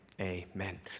amen